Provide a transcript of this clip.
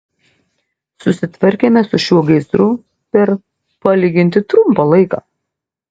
susitvarkėme su šiuo gaisru per palyginti trumpą laiką